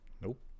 Nope